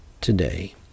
today